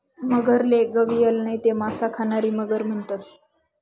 मगरले गविअल नैते मासा खानारी मगर म्हणतंस